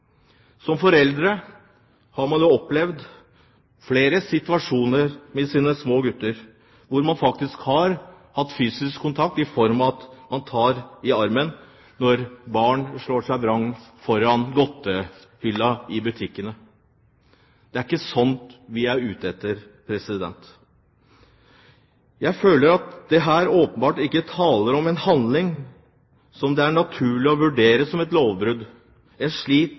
Som foreldre har man opplevd flere situasjoner med sine små gutter, der man faktisk har hatt fysisk kontakt i form av at man tar i armen når barna slår seg vrange foran godtehylla i butikkene. Det er ikke slikt vi er ute etter. Jeg føler at dette åpenbart ikke er en handling som det er naturlig å vurdere som et lovbrudd. Et slikt eksempel viser nettopp at en